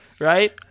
Right